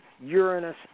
Uranus